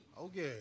Okay